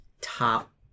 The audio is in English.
Top